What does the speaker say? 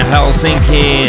Helsinki